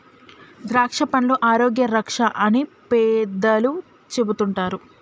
ద్రాక్షపండ్లు ఆరోగ్య రక్ష అని పెద్దలు చెపుతుంటారు